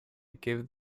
give